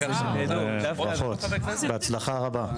ברכות והצלחה רבה.